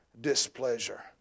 displeasure